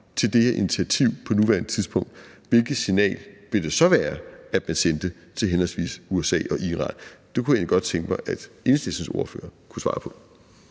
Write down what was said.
til det her initiativ på nuværende tidspunkt, hvilket signal ville det så være, man sendte til henholdsvis USA og Iran? Det kunne jeg egentlig godt tænke mig at Enhedslistens ordfører kunne svare på.